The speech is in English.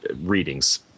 readings